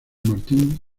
martín